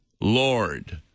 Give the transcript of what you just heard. Lord